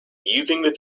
using